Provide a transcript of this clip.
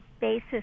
basis